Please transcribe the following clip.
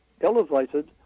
elevated